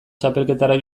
txapelketara